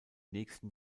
nächsten